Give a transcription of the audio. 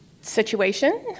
situation